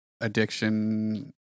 addiction